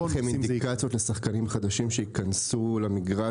יש לכם אינדיקציות לשחקנים חדשים שייכנסו למגרש